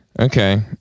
Okay